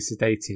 sedated